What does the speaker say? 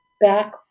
back